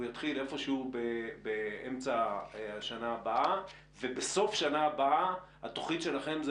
זה יתחיל באמצע השנה הבאה ובסוף שנה הבאה התוכנית שלכם היא